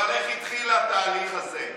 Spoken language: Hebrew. אבל איך התחיל התהליך הזה?